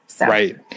Right